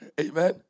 Amen